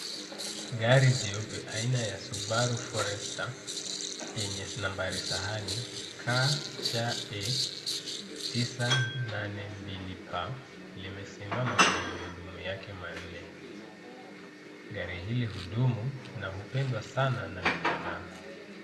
Gari jeupe aina ya Subaru Forester yenye nambari sahani KCE 982P limesimama kwa magurudumu yake manne. Gari hili hudumu na hupendwa sana na vijana.